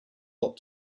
lot